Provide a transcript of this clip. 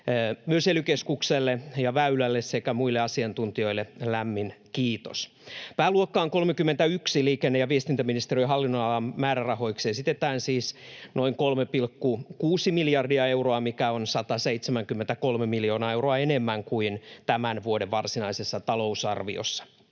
Myös ely-keskukselle ja Väylälle sekä muille asiantuntijoille lämmin kiitos. Pääluokkaan 31 liikenne- ja viestintäministeriön hallinnonalan määrärahoiksi esitetään siis noin 3,6 miljardia euroa, mikä on 173 miljoonaa euroa enemmän kuin tämän vuoden varsinaisessa talousarviossa.